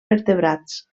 vertebrats